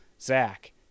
zach